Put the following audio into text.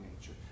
nature